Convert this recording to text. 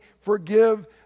forgive